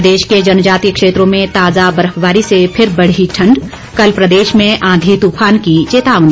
प्रदेश के जनजातीय क्षेत्रों में ताज़ा बर्फबारी से फिर बढ़ी ठंड कल प्रदेश में आंधी तूफान की चेतावनी